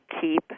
keep